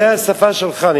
זה השפה שלך.